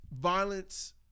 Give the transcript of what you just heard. violence